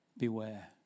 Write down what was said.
beware